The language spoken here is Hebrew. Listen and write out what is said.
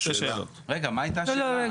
רגע, מה הייתה השאלה?